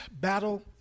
battle